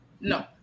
No